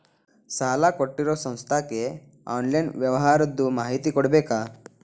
ಸಾಲಾ ಕೊಟ್ಟಿರೋ ಸಂಸ್ಥಾಕ್ಕೆ ಆನ್ಲೈನ್ ವ್ಯವಹಾರದ್ದು ಮಾಹಿತಿ ಕೊಡಬೇಕಾ?